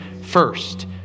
first